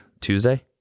Tuesday